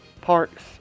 Parks